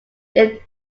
they